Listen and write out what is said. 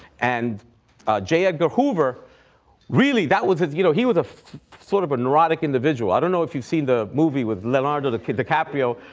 and j. edgar hoover really, that was you know, he was ah sort of a neurotic individual. i don't know if you've seen the movie with leonardo dicaprio,